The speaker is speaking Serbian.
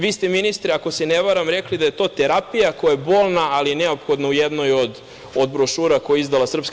Vi ste, ministre, ako se ne varam, rekli da je to terapija koja je bolna, ali je neophodna u jednoj od brošura koju je izdala SNS.